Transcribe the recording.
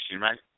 right